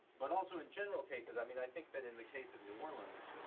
but also in general cases. i mean i think that in the case of new orleans